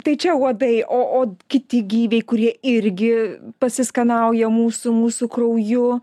tai čia uodai o o kiti gyviai kurie irgi pasiskanauja mūsų mūsų krauju